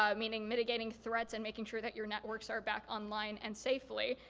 um meaning mitigating threats and making sure that your networks are back online and safely.